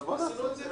אז בוא נעשה את זה.